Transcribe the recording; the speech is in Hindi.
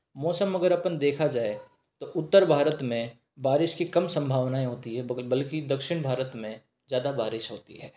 मौसम अगर अपन देखा जाए तो उत्तर भारत में बारिश की कम संभावनाएं होती हैं बल्कि दक्षिण भारत में ज़्यादा बारिश होती है